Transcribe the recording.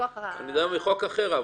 אני מדבר על חוק אחר,